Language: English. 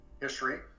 history